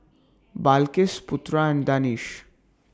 Balqis Putra and Danish